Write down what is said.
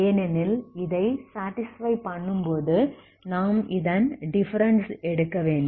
ஏனெனில் இதை சாடிஸ்ஃபை பண்ணும்போது நாம் இதன் டிஃபரன்ஸ் எடுக்க வேண்டும்